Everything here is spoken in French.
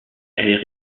elle